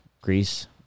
Greece